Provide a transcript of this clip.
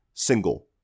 Single